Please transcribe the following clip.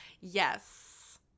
yes